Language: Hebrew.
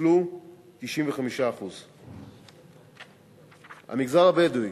נוצלו 95%. המגזר הבדואי,